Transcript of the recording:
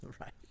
Right